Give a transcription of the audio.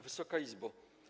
Wysoka Izbo!